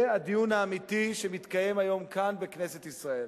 זה הדיון האמיתי שמתקיים היום כאן, בכנסת ישראל.